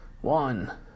One